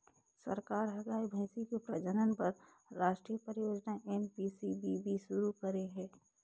सरकार ह गाय, भइसी के प्रजनन बर रास्टीय परियोजना एन.पी.सी.बी.बी सुरू करे हे